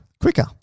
Quicker